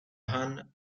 han